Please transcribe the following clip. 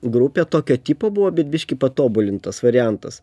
grupė tokio tipo buvo bet biškį patobulintas variantas